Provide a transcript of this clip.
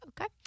Okay